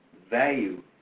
value